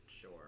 sure